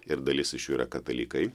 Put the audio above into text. ir dalis iš jų yra katalikai